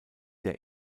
der